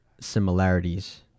similarities